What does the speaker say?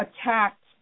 attacked